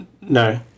No